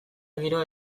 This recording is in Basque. giroa